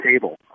table